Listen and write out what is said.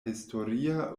historia